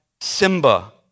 Simba